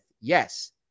Yes